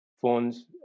phones